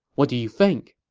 what do you think?